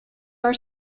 are